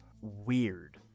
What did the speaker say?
weird